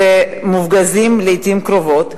שמופגזים לעתים קרובות,